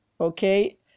okay